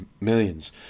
millions